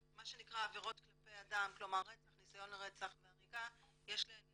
בעבירות כלפי אדם: רצח, ניסיון לרצח והריגה יש להן